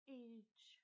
age